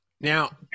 Now